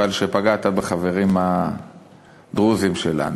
אבל פגעת בחברים הדרוזים שלנו.